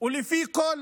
ולפי כל